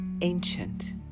ancient